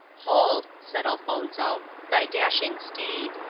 hold, said elfonzo, thy dashing steed.